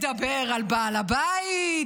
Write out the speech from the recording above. מדבר על בעל הבית,